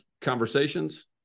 conversations